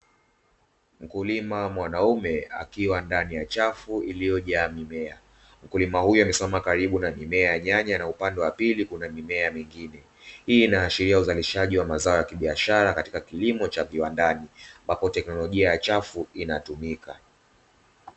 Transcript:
Mkulima mwanaume akiwa ndani ya chafu iliyojaa mimea, mkulima huyo amesimama karibu na mimea ya nyanya na upande wa pili kuna mimea mingine. Hii inaashiria uzalishaji wa mazao ya kibiashara katika kilimo cha kiwandani, ambapo teknolojia ya chafu inatumika.